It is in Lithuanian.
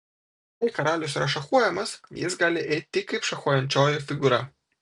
jei karalius yra šachuojamas jis gali eiti tik kaip šachuojančioji figūra